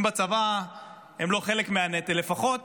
אם בצבא הם לא חלק מהנטל, לפחות